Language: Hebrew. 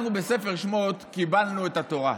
אנחנו בספר שמות קיבלנו את התורה,